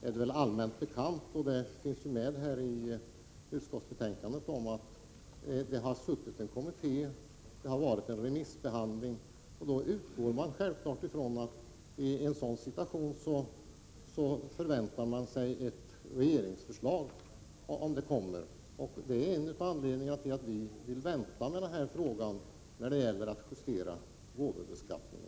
Det är väl allmänt bekant, och det finns också med i utskottsbetänkandet, att en kommitté har arbetat och att dess förslag har varit föremål för en remissbehandling. I en sådan situation utgår man självfallet ifrån och förväntar sig att det skall komma ett regeringsförslag. Det är en av anledningarna till att vi vill vänta med att justera gåvobeskattningen.